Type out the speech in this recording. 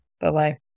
Bye-bye